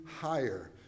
higher